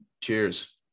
cheers